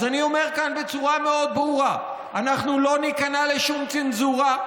אז אני אומר כאן בצורה מאוד ברורה: אנחנו לא ניכנע לשום צנזורה.